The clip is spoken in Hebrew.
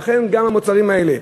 גם במוצרים האלה.